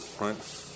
right